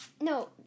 No